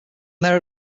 there